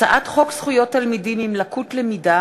הצעת חוק זכויות תלמידים עם לקות למידה